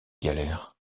galères